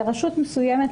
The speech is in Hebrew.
לרשות מסוימת,